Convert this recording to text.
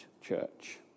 church